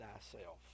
thyself